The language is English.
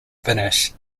finnish